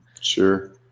Sure